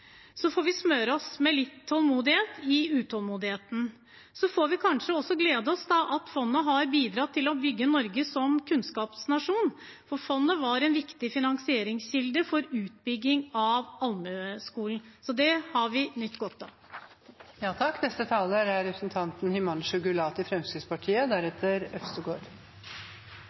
Så får vi smøre oss med litt tålmodighet i utålmodigheten. Vi får kanskje også glede oss over at fondet har bidratt til å bygge Norge som kunnskapsnasjon, for fondet var en viktig finansieringskilde for utbygging av allmueskolen, og det har vi nytt godt av. Jeg er glad for at det er større enighet i denne saken enn det var i